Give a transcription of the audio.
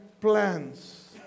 plans